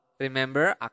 Remember